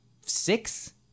six